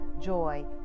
joy